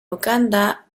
uganda